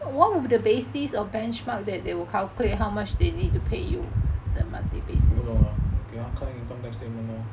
我不懂你要看 income tax statement lor